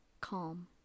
calm